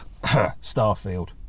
Starfield